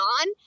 on